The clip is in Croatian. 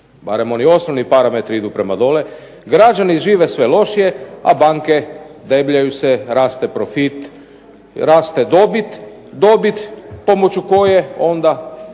barem oni osnovni parametri idu prema dole, građani žive sve lošije, a banke debljaju se, raste profit, raste dobit, dobit pomoću koje onda